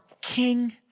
king